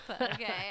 okay